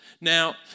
Now